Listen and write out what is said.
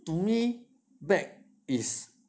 to me bag is